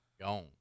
Gone